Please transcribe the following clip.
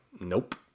nope